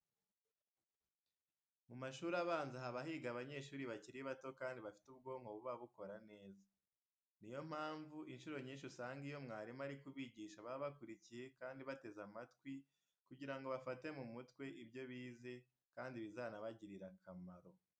Mu mashuri abanza haba higa abanyeshuri bakiri bato kandi bafite ubwonko buba bukora neza. Ni yo mpamvu incuro nyinshi usanga iyo umwarimu ari kubigisha baba bakurikiye kandi bateze amatwi kugira ngo bafate mu mutwe ibyo bize kandi bizanabagirire akamaro.